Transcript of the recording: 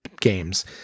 games